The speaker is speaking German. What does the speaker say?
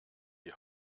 die